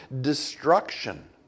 destruction